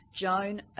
Joan